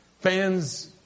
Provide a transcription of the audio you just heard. Fans